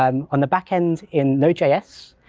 um on the back end in node js,